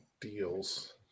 deals